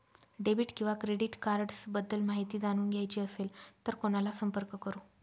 Debit किंवा credit cards बद्दल माहिती जाणून घ्यायची असेल तर कोणाला संपर्क करु?